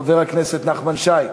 חבר הכנסת נחמן שי,